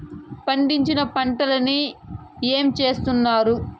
పండించిన పంటలని ఏమి చేస్తున్నారు?